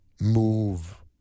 move